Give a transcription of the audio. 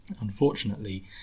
Unfortunately